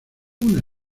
una